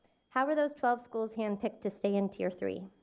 how were those twelve schools handpicked to stay in tier three?